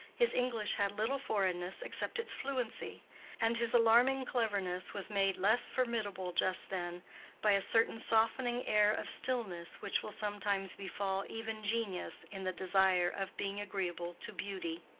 his english had little foreignness except its fluency and his alarming cleverness was made less formidable just then by a certain softening air of silliness which will sometimes befall even genius in the desire of being agreeable to beauty.